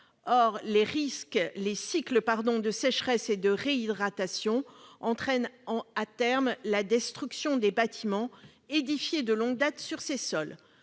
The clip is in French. Les cycles de sécheresse et de réhydratation entraînent, à terme, la destruction des bâtiments édifiés de longue date sur ces sols.